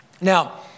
Now